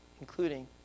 including